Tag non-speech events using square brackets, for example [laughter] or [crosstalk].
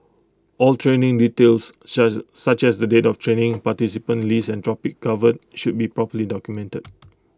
all training details [unintelligible] such as the date of training participant list and topics covered should be properly documented